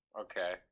okay